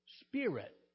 spirit